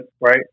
right